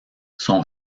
son